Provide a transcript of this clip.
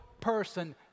person